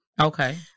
okay